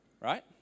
Right